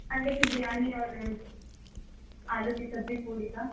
انڈے کی بریانی اور آلو کی سبزی پوڑی کا